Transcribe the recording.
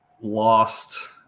lost